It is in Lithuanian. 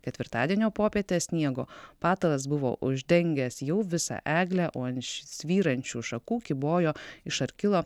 ketvirtadienio popietę sniego patalas buvo uždengęs jau visą eglę o ant svyrančių šakų kybojo iš arkilo